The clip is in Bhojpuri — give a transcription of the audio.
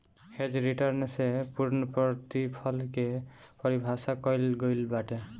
हेज रिटर्न से पूर्णप्रतिफल के पारिभाषित कईल गईल बाटे